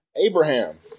Abraham